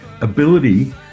ability